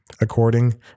according